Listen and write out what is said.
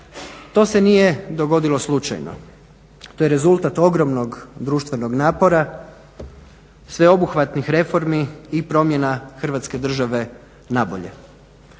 To se nije dogodilo slučajno, to je rezultat ogromnog društvenog napora, sveobuhvatnim reformi i promjena Hrvatske države nabolje.